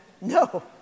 no